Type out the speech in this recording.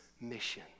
mission